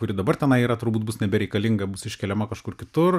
kuri dabar tenai yra turbūt bus nebereikalinga bus iškeliama kažkur kitur